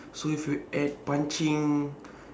so if you add punching